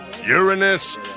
Uranus